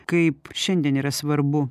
kaip šiandien yra svarbu